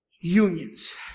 unions